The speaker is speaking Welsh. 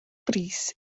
brys